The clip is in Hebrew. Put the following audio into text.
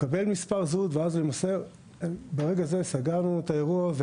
לקבל מספר זהות וברגע זה סגרנו את האירוע,